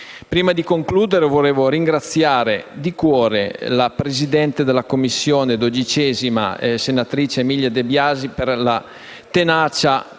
Prima di concludere, vorrei ringraziare di cuore la presidente della 12a Commissione, Emilia De Biasi, per la tenacia